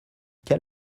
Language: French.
quel